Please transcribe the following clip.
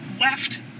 left